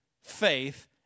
faith